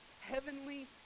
heavenly